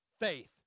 faith